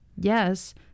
Yes